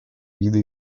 виды